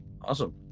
awesome